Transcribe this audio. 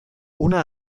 una